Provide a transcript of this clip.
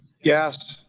yes.